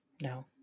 No